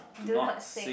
do not sing